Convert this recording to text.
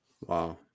Wow